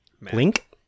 Link